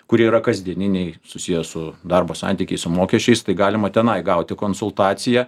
kurie yra kasdieniniai susiję su darbo santykiais su mokesčiais tai galima tenai gauti konsultaciją